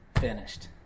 finished